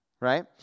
right